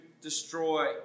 destroy